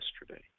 yesterday